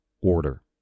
order